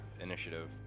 initiative